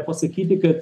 pasakyti kad